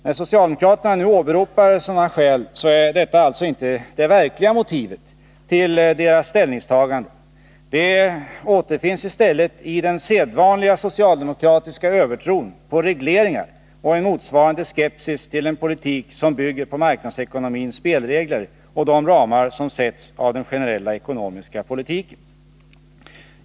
När socialdemokraterna nu åberopar sådana skäl, är detta alltså inte det verkliga motivet till deras ställningstagande. Det återfinns i stället i den sedvanliga socialdemokratiska övertron på regleringar och en motsvarande skepsis till en politik som bygger på marknadsekonomins spelregler och de ramar som sätts av den generella ekonomiska politiken.